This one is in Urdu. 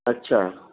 اچھا